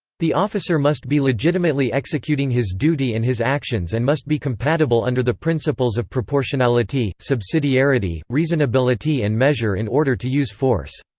the officer must be legitimately executing his duty and his actions and must be compatible under the principles of proportionality, subsidiarity, reasonability and measure in order to use force.